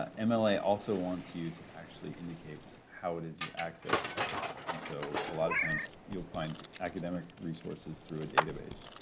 ah um and also wants you to actually indicate how it is you access the article and so a lot of times you'll find academic resources through a database,